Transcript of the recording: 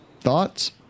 thoughts